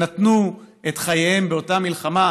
ונתנו את חייהם באותה מלחמה,